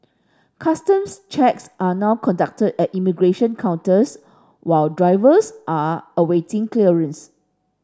customs checks are now conducted at immigration counters while drivers are awaiting clearance